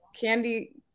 candy